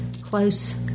close